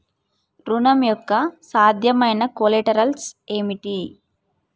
ఋణం యొక్క సాధ్యమైన కొలేటరల్స్ ఏమిటి?